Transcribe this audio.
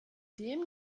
dem